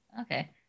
Okay